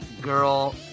girl